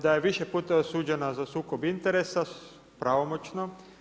Da je više puta osuđena za sukob interesa, pravomoćno?